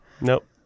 Nope